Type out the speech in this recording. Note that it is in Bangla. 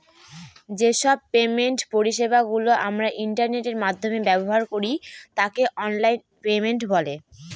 যে সব পেমেন্ট পরিষেবা গুলো আমরা ইন্টারনেটের মাধ্যমে ব্যবহার করি তাকে অনলাইন পেমেন্ট বলে